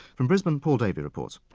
from brisbane, paul davey reports.